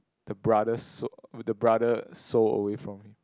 the brother's so~ the brother soul away from